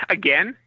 again